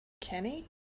Kenny